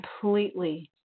completely